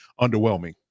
underwhelming